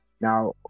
Now